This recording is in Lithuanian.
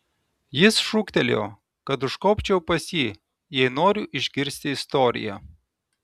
jis šūktelėjo kad užkopčiau pas jį jei noriu išgirsti istoriją